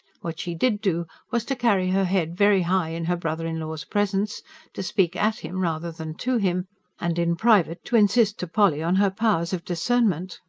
what she did do was to carry her head very high in her brother-in-law's presence to speak at him rather than to him and in private to insist to polly on her powers of discernment.